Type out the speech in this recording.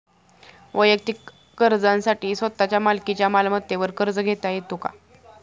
वैयक्तिक गरजांसाठी स्वतःच्या मालकीच्या मालमत्तेवर कर्ज घेता येतो का?